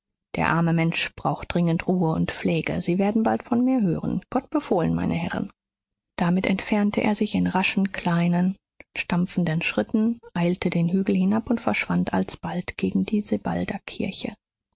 der arme mensch braucht dringend ruhe und pflege sie werden bald von mir hören gott befohlen meine herren damit entfernte er sich in raschen kleinen stampfenden schritten eilte den hügel hinab und verschwand alsbald gegen die